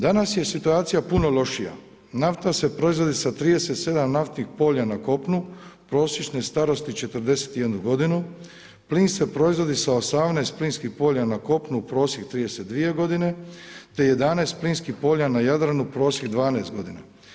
Danas je situacija puno lošija, naftom se proizvodi sa 37 naftnih polja na kopnu, prosječne starosti 41 godinu, plin se proizvodi sa 18 plinskih polja na kopnu, prosjek 32 godine, te 11 plinskih polja na Jadranu, prosjek 12 godina.